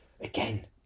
Again